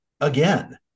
again